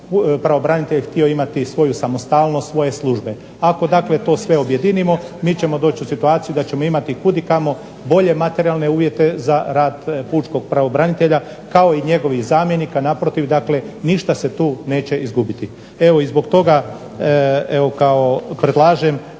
pravobranitelj htio imati svoju samostalnost, svoje službe, ako dakle to sve objedinimo mi ćemo doći u situaciju da ćemo imati kudikamo bolje materijalne uvjete za rad pučkog pravobranitelja, kao i njegovih zamjenika naprotiv dakle ništa se tu neće izgubiti. Zbog toga, predlažem